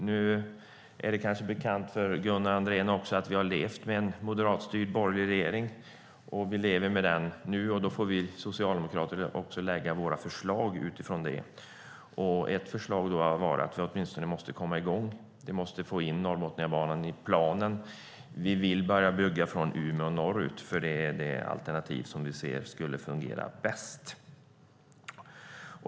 Det är kanske också bekant för Gunnar Andrén att vi har levt med en moderatstyrd borgerlig regering och lever med den nu, och då får vi socialdemokrater lägga våra förslag utifrån det. Ett förslag har varit att vi åtminstone måste komma i gång och få in Norrbotniabanan i planen. Vi vill börja bygga från Umeå och norrut, för det är det alternativ som vi ser skulle fungera bäst.